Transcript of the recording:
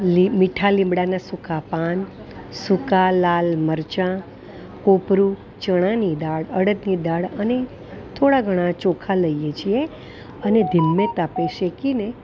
મી મીઠા લીંબડાના સુકા પાંદ સૂકા લાલ મરચાં કોપરું ચણાની દાળ અળદની દાળ અને થોડા ઘણા ચોખા લઈએ છીએ અને ધીમે તાપે શેકીને